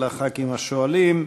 ולחברי הכנסת השואלים.